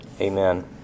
Amen